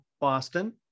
Boston